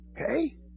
Okay